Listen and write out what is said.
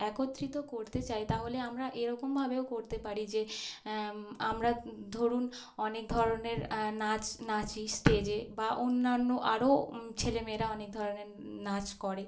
একত্রিত করতে চাই তাহলে আমরা এরকমভাবেও করতে পারি যে আমরা ধরুন অনেক ধরনের নাচ নাচি স্টেজে বা অন্যান্য আরও ছেলে মেয়েরা অনেক ধরনের নাচ করে